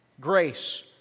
grace